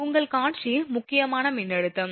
உங்கள் காட்சி முக்கியமான மின்னழுத்தம்